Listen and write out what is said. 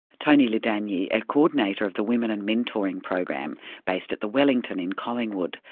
toni ladanyi, a coordinator of the women and mentoring program based at the wellington in collingwood,